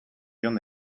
jon